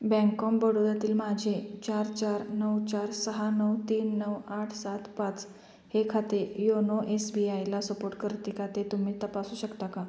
bank of बडोदातील माझे चार चार नऊ चार सहा नऊ तीन नऊ आठ सात पाच हे खाते योनो एस बी आयला सपोट करते का ते तुम्ही तपासू शकता का